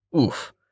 Oof